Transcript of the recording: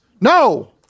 No